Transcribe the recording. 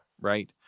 right